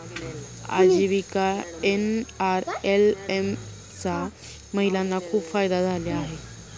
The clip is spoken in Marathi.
आजीविका एन.आर.एल.एम चा महिलांना खूप फायदा झाला आहे